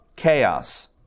Chaos